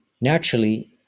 Naturally